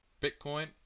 Bitcoin